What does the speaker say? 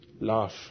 laugh